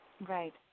Right